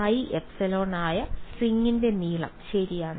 πε ആയ സ്ട്രിംഗിന്റെ നീളം ശരിയാണ്